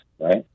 right